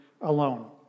alone